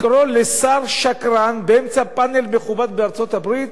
לקרוא לשר "שקרן" באמצע פאנל מכובד בארצות-הברית